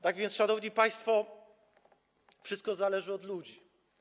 Tak więc, szanowni państwo, wszystko zależy od ludzi.